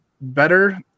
better